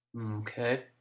Okay